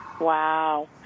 Wow